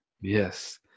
Yes